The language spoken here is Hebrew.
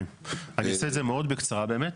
כן, אני אעשה את זה מאוד בקצרה באמת.